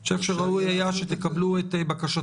אני חושב שראוי היה שתקבלו את בקשותינו.